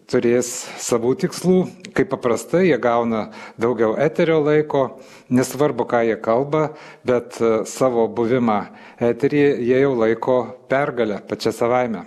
turės savų tikslų kaip paprastai jie gauna daugiau eterio laiko nesvarbu ką jie kalba bet savo buvimą eteryje jie jau laiko pergale pačia savaime